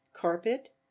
carpet